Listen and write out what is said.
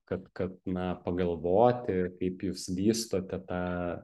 kad kad na pagalvoti kaip jūs vystote tą